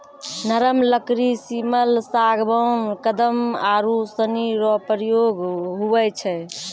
नरम लकड़ी सिमल, सागबान, कदम आरू सनी रो प्रयोग हुवै छै